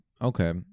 Okay